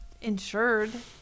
insured